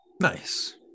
Nice